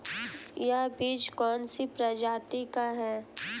यह बीज कौन सी प्रजाति का है?